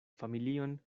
familion